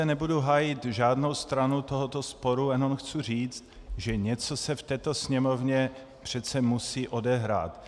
Nebudu zde hájit žádnou stranu tohoto sporu, jenom chci říct, že něco se v této Sněmovně přece musí odehrát.